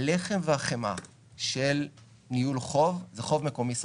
הלחם והחמאה של ניהול חוב זה חוב מקומי סחיר.